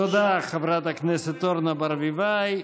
תודה, חברת הכנסת אורנה ברביבאי.